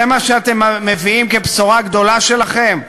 זה מה שאתם מביאים כבשורה הגדולה שלכם?